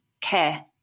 care